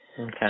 Okay